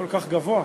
אתה כל כך גבוה?